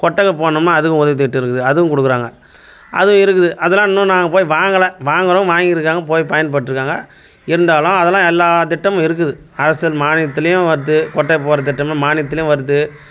கொட்டகை போடணும்னா அதுக்கும் உதவித்திட்டம் இருக்குது அதுவும் கொடுக்குறாங்க அதுவும் இருக்குது அதெல்லாம் இன்னும் நாங்கள் போய் வாங்கலை வாங்குகிறவங்க வாங்கியிருக்காங்க போய் பயன்பட்டுருக்காங்க இருந்தாலும் அதெல்லாம் எல்லா திட்டமும் இருக்குது அரசின் மானியத்திலையும் வருது கொட்டாய் போடுற திட்டம்னு மானியத்திலையும் வருது